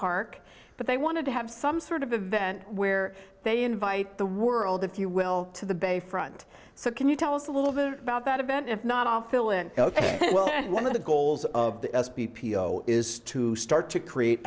park but they want to have some sort of event where they invite the world if you will to the bayfront so can you tell us a little bit about that event if not all fill in ok well one of the goals of the s p p o is to start to create